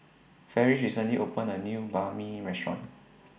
Ferris recently opened A New Banh MI Restaurant